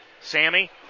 Sammy